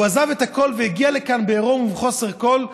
הוא עזב את הכול והגיע לכאן בעירום ובחוסר כול,